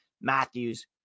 Matthews